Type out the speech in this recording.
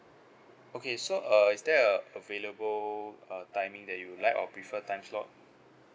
okay so uh is there a available uh timing that you like or preferred time slot